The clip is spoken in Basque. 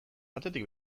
batetik